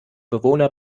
bewohner